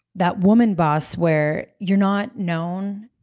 that woman boss where you're not known.